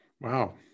Wow